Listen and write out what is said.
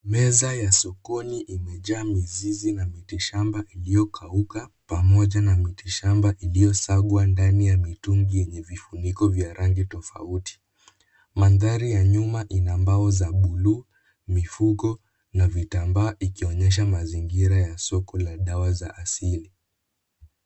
Meza ya sokoni imejaa mizizi na miti shamba iliyokauka pamoja na mitishamba iliyosagwa ndani ya mitungi yenye vifuniko vya rangi tofauti. Mandhari ya nyuma ina mbao za buluu, mifugo na vitambaa ikionyesha mazingira ya sokola dawa za asili.